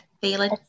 feeling